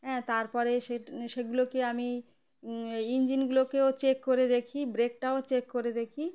হ্যাঁ তার পরে সে সেগুলোকে আমি ইঞ্জিনগুলোকেও চেক করে দেখি ব্রেকটাও চেক করে দেখি